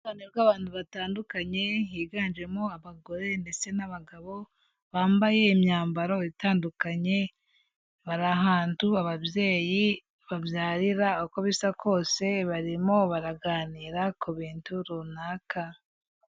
Uruhurirane rw'abantu batandukanye higanjemo abagore ndetse n'abagabo, bambaye imyambaro itandukanye, bari ahantu ababyeyi babyarira, uko bisa kose barimo baraganira ku bintu runaka.